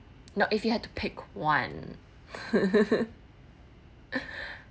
no if you had to pick one